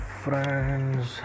friends